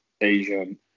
Asian